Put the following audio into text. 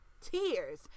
tears